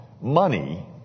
money